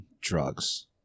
drugs